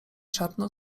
szarpnął